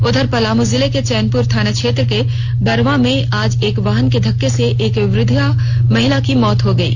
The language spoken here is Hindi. उधर पलामू जिले के चैनपुर थाना क्षेत्र के बरांव में आज एक वाहन के धक्के से एक वृद्ध महिला की मौत हो गयी